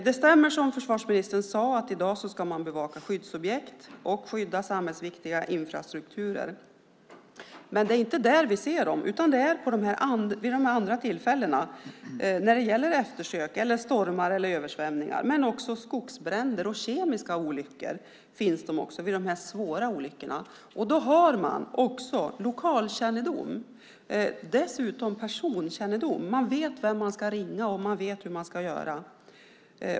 Det stämmer, som försvarsministern sade, att hemvärnet i dag ska bevaka skyddsobjekt och skydda samhällsviktiga infrastrukturer. Det är emellertid inte där vi ser dem, utan de finns med vid de andra tillfällena - vid eftersök, i samband med stormar och översvämningar samt även i samband med skogsbränder och kemiska olyckor, alltså vid de svåra olyckorna. De har lokalkännedom och dessutom personkännedom. De vet vem de ska ringa och hur de ska göra.